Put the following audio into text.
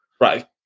right